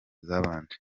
zabanje